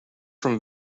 from